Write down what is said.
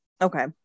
Okay